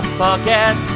forget